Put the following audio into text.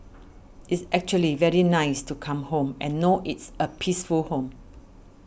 it's actually very nice to come home and know it's a peaceful home